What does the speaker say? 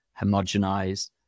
homogenized